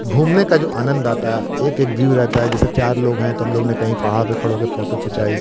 घूमने का जो आनंद आता है एक एक व्यू रहता है जैसे चार लोग हैं तो हम लोग ने कहीं पहाड़ पे खड़े होके फोटो खिंचाई